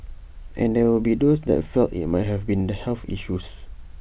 and there will be those that felt IT might have been the health issues